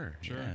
Sure